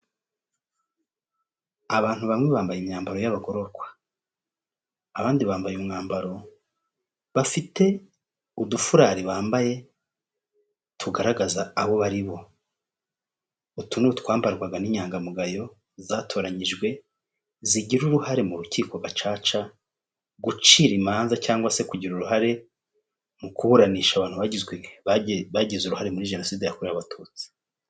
Abantu bamwe bambaye imyambaro y'abagororwa, abandi bambaye umwambaro bafite udufurari bambaye tugaragaza abo baribo, utu ni utwambarwaga n'inyangamugayo zatoranyijwe, zigira uruhare mu rukiko gacaca, gucira imanza cyangwa se kugira uruhare mu kuburanisha abantu bagize uruhare muri jenoside yakorewe abatutsi.